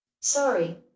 Sorry